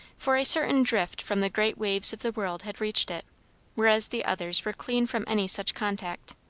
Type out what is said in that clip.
for a certain drift from the great waves of the world had reached it whereas the others were clean from any such contact.